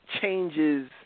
Changes